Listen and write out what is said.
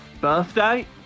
Birthday